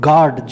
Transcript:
God